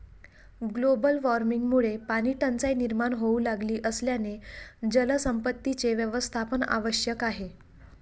global वॉर्मिंगमुळे पाणीटंचाई निर्माण होऊ लागली असल्याने जलसंपत्तीचे व्यवस्थापन आवश्यक आहे